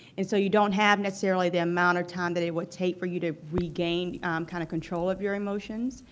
and so you don't have necessarily the amount of time that it would take for you to regain kind of control of your emotions.